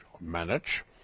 manage